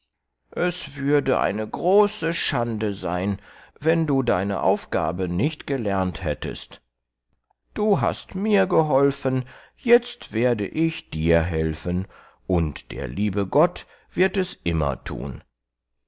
es würde eine große schande sein wenn du deine aufgabe nicht gelernt hättest du hast mir geholfen jetzt werde ich dir helfen und der liebe gott wird es immer thun